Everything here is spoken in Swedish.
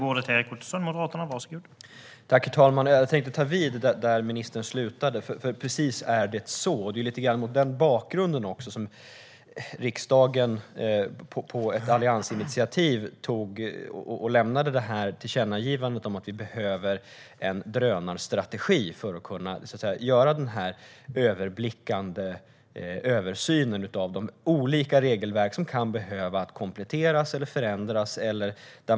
Herr talman! Jag tänker ta vid där ministern slutade. Det är precis så! Det var också lite mot den bakgrunden som riksdagen, på ett alliansinitiativ, lämnade tillkännagivandet om att det behövs en drönarstrategi. Det behövs en överblick och översyn av de olika regelverken. De kan behöva kompletteras eller förändras.